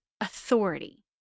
authority